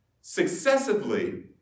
successively